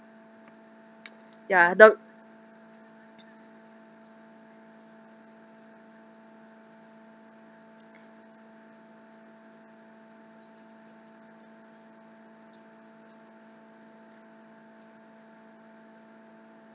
ya but